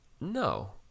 no